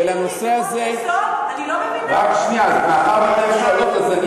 ולנושא הזה, תגידו לי, זה חוק-יסוד?